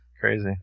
Crazy